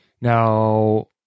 Now